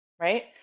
right